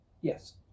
Yes